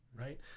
right